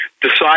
decide